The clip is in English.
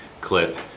clip